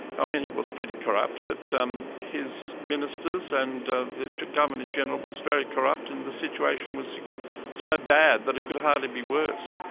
i mean he was pretty corrupt, but um his ministers and the governor-general was very corrupt, and the situation was so bad that it could hardly be worse.